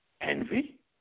envy